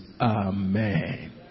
Amen